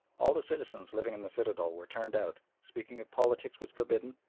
all the citizens living in the citadel were turned out, speaking of politics was forbidden,